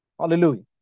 Hallelujah